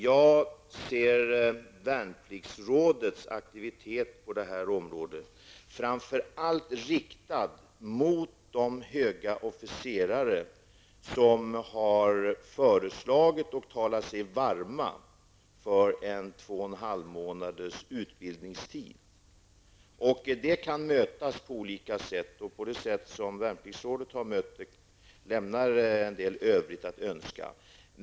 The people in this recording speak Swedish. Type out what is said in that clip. Jag ser Värnpliktsrådets aktivitet på detta område riktad framför allt mot de höga officerare som har föreslagit och har talat sig varma för två och en halv månads utbildningstid. Detta kan mötas på olika sätt, och den metod som Värnpliktsrådet har valt lämnar en del övrigt att önska.